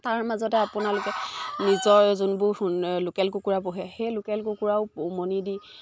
তাৰ মাজতে আপোনালোকে নিজৰ যোনবোৰ লোকেল কুকুৰা পোহে সেই লোকেল কুকুৰাও উমনি দি